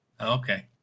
Okay